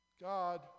God